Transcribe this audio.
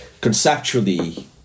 conceptually